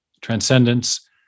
transcendence